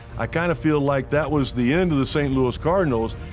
i kind of feel like that was the end of the st. louis cardinals.